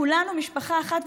כולנו משפחה אחת,